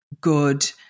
good